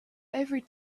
every